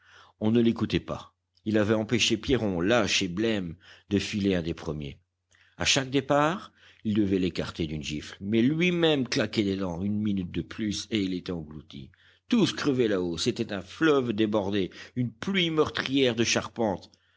on ne l'écoutait pas il avait empêché pierron lâche et blême de filer un des premiers a chaque départ il devait l'écarter d'une gifle mais lui-même claquait des dents une minute de plus et il était englouti tout crevait là-haut c'était un fleuve débordé une pluie meurtrière de charpentes